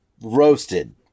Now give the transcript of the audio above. Roasted